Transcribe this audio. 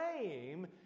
claim